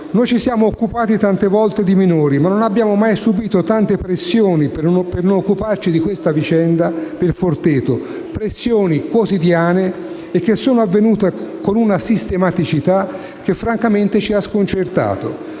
- «ci siamo occupati tante volte di minori, ma non abbiamo mai subito tante pressioni come quelle per non occuparci di questa vicenda del Forteto; pressioni quotidiane che sono avvenute con una sistematicità che francamente ci ha sconcertato.